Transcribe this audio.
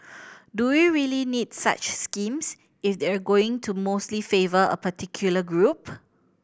do we really need such schemes if they're going to mostly favour a particular group